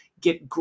get